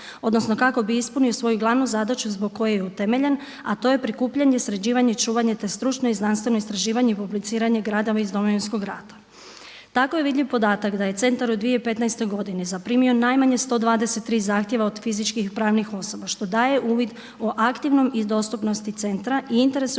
odnosno kako bi ispunio svoju glavnu zadaću zbog koje je i utemeljen, a to je prikupljanje, sređivanje, čuvanje te stručno i znanstveno istraživanje i …/Govornica se ne razumije./… iz Domovinskog rata. Tako je vidljiv podatak da je centar u 2015. godini zaprimio najmanje 123 zahtjeva od fizičkih i pravnih osoba što daje uvid o aktivnom i dostupnosti centra i interesu